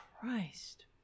Christ